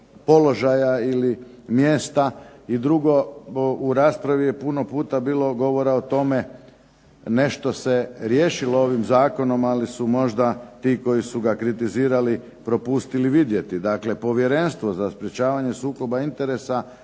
položaja ili mjesta. I drugo, u raspravi je puno puta bilo govora o tome, nešto se riješilo ovim zakonom. Ali su možda ti koji su ga kritizirali propustili vidjeti. Dakle, Povjerenstvo za sprječavanje sukoba interesa